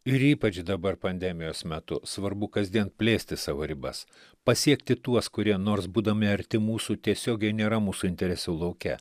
ir ypač dabar pandemijos metu svarbu kasdien plėsti savo ribas pasiekti tuos kurie nors būdami arti mūsų tiesiogiai nėra mūsų interesų lauke